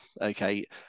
okay